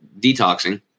detoxing